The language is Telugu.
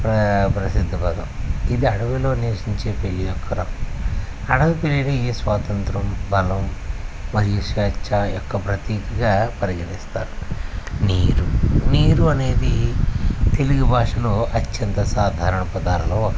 ప్ర ప్రసిద్ధ పదం ఇది అడవిలో నివసించే పిల్లి యొక్క రకం అడవి పిల్లిని స్వాతంత్రం బలం మరియు స్వేచ్ఛ యొక్క ప్రతీతిగా పరిగణిస్తారు నీరు నీరు అనేది తెలుగు భాషలో అత్యంత సాధారణ పదాలలో ఒకటి